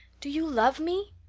do you love me?